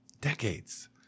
Decades